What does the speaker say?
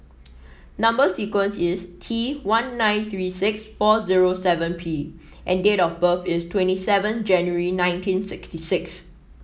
number sequence is T one nine three six four zero seven P and date of birth is twenty seven January nineteen sixty six